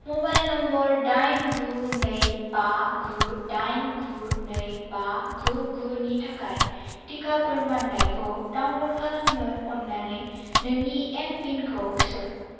mobile number दाइन गु नै बा गु दाइन गु नै बा गु गु नि थाखाय टिका फोरमानलाइखौ डाउनलड खालामनो अन्नानै नोंनि एम पिनखौ सो